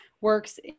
works